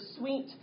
sweet